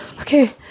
okay